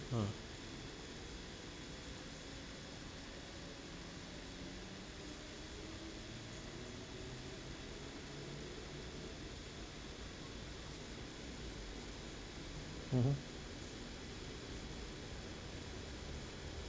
ah (uh huh)